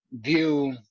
view